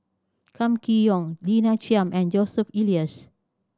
Kam Kee Yong Lina Chiam and Joseph Elias